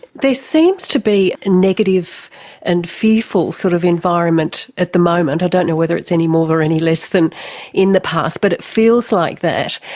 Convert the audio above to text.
seems to be negative and fearful sort of environment at the moment, i don't know whether it's any more or any less than in the past, but it feels like that.